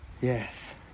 Yes